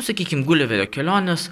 sakykim guliverio kelionės